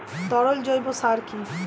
তরল জৈব সার কি?